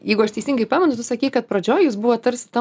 jeigu aš teisingai pamenu tu sakei kad pradžioj jūs buvot tarsi ta